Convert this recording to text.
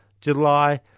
July